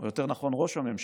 או יותר נכון ראש הממשלה,